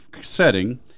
setting